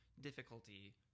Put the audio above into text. difficulty